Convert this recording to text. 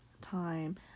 time